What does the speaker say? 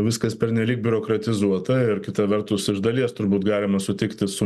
viskas pernelyg biurokratizuota ir kita vertus iš dalies turbūt galima sutikti su